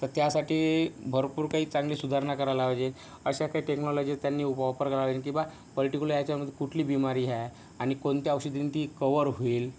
तर त्यासाठी भरपूर काही चांगली सुधारणा करायला पाहिजे अशा काही टेक्नॉलॉजी त्यांनी वापर करावे की बा पर्टिक्युलर याच्यामध्ये कुठली बिमारी ह्या आणि कोणत्या औषधीनं ती कव्हर होईल